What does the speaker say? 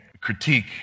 critique